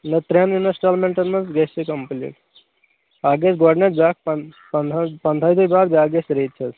نہَ ترٛیٚن اِنَسٹالمٮ۪نٹَن مَنٛز گَژھِ یہِ کَمپُلیٖٹ اَکھ گَژھِ گۄڈنٮ۪تھ بیٛاکھ پَنٛد پَنٛداہہِ پَنٛداہے دۅہۍ بعد بیٛاکھ گَژھِ ریٚتۍ حظ